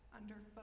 underfoot